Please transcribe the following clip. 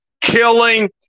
killing